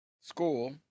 school